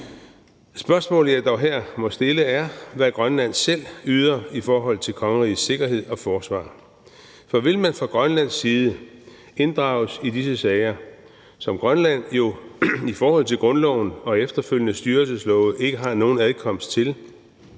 Spørgsmålet, jeg dog her må stille, er, hvad Grønland selv yder i forhold til kongerigets sikkerhed og forsvar. For vil man fra grønlandsk side inddrages i disse sager, som Grønland jo i forhold til grundloven og efterfølgende styrelseslove ikke har nogen adkomst til,